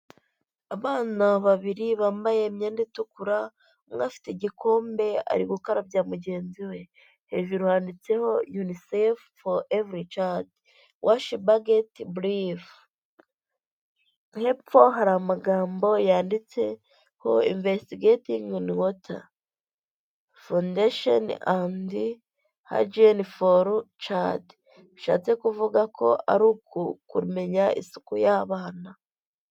Abana babiri bambaye imyenda itukura, umwe afite igikombe ari gukarabya mugenzi we, hejuru yanditseho unisefu foru evuri cadi, washi bageti burive. Hepfo hari amagambo yanditseho imvesitigatingi ini wota fondasheni andi hayigeni foru cadi bishatse kuvuga ko ari ukumenya isuku y'abana.